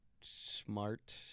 smart